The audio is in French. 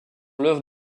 l’œuvre